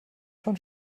schon